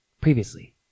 Previously